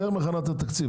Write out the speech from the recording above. יותר מהכנת התקציב.